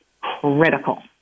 critical